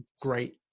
great